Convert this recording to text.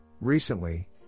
Recently